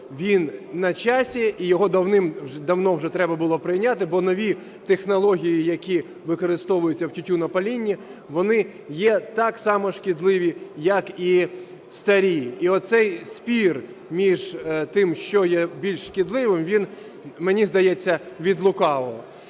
він на часі, і його давним-давно вже треба було прийняти, бо нові технології, які використовуються в тютюнопалінні, вони є так шкідливі, як і старі. І оцей спір між тим, що є більш шкідливим, він мені здається від лукавого.